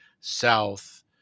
south